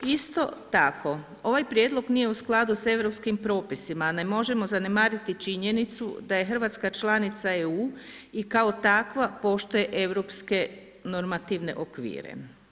Isto tako, ovaj prijedlog nije u skladu s Europskim propisima, a ne možemo zanemariti činjenicu da je Hrvatska članica EU i kao takva poštuje Europske normativne okvire.